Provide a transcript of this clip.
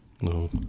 No